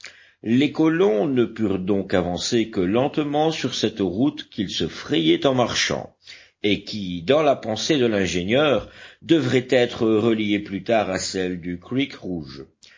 les colons ne purent donc avancer que lentement sur cette route qu'ils se frayaient en marchant et qui dans la pensée de l'ingénieur devrait être reliée plus tard à celle du